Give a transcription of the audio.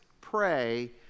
pray